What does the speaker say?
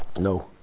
no.